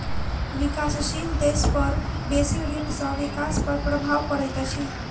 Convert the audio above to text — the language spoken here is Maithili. विकासशील देश पर बेसी ऋण सॅ विकास पर प्रभाव पड़ैत अछि